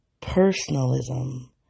Personalism